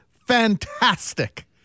fantastic